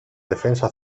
defensa